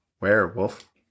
Werewolf